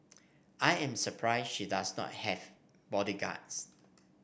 I am surprised she does not have bodyguards